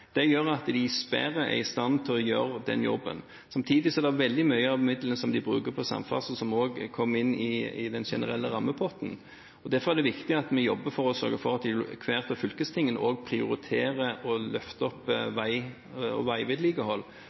Det gjør at de er bedre i stand til å gjøre den jobben. Samtidig er det veldig mye av midlene som de bruker på samferdsel, som også kom inn i den generelle rammepotten. Derfor er det viktig at vi jobber for å sørge for at hvert av fylkestingene også prioriterer å løfte opp vei og veivedlikehold